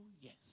yes